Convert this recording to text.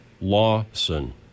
Lawson